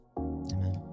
Amen